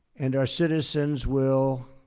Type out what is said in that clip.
and our citizens will